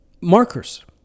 markers